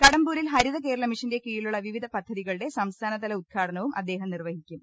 കടമ്പൂരിൽ ഹരിത കേരള മിഷന്റെ കീഴിലുള്ള വിവിധ പദ്ധതികളുട്ടെ സംസ്ഥാന തല ഉദ്ഘാടനവും അദ്ദേഹം നിർവഹിക്കും